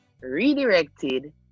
redirected